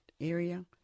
area